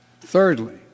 Thirdly